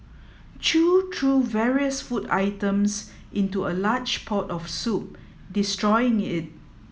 chew threw various food items into a large pot of soup destroying it